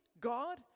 God